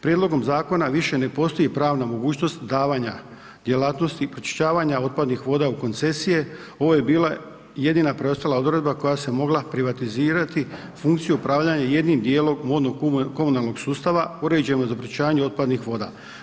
Prijedlogom zakona više ne postoji pravna mogućnost davanja djelatnosti pročišćavanja otpadnih voda u koncesije, ovo je bila jedina preostala odredba koja se mogla privatizirati funkciju upravljanja jednim djelom vodno-komunalnog sustava uređen za pročišćavanje otpadnih voda.